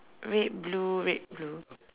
red blue red blue